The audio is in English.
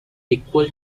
equal